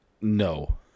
No